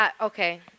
okay